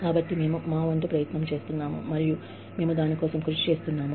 కాబట్టి మేము మా వంతు ప్రయత్నం చేస్తున్నాము మరియు మేము దాని కోసం కృషి చేస్తున్నాము